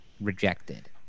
rejected